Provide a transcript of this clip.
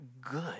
good